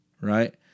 Right